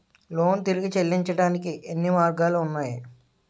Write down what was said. Loan తిరిగి చెల్లించటానికి ఎన్ని మార్గాలు ఉన్నాయి?